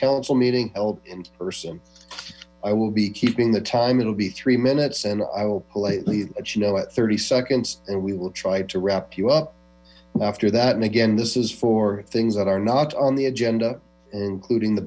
council meeting held in person i will be keeping the time it will be three minutes and i will politely let you know at thirty seconds and we will try to wrap you up after that and again this is for things that are not on the agenda including the